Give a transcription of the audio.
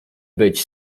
być